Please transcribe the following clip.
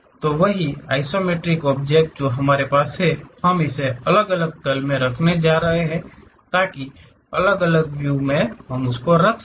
तो वही isometric object जो हमारे पास है हम इसे एक अलग तल में रखने जा रहे हैं ताकि हम अलग अलग व्यू रख सकें